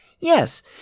Yes